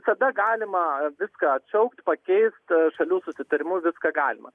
tada galima viską atšaukt pakeist šalių susitarimu viską galima